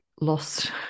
lost